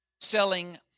selling